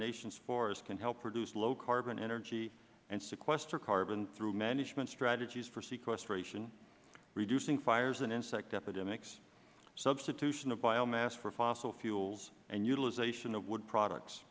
nation's forests can help produce low carbon energy and sequester carbon through management strategies for sequestration reducing fires and insect epidemics substitution of biomass for fossil fuels and utilization of wood products